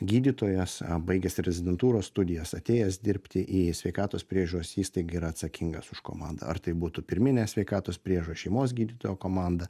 gydytojas baigęs rezidentūros studijas atėjęs dirbti į sveikatos priežiūros įstaigą yra atsakingas už komandą ar tai būtų pirminė sveikatos priežiūra šeimos gydytojo komanda